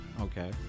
okay